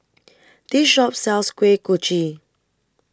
This Shop sells Kuih Kochi